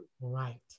Right